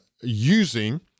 using